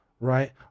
right